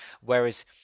whereas